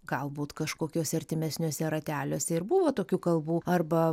galbūt kažkokiuose artimesniuose rateliuose ir buvo tokių kalbų arba